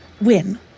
win